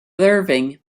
irving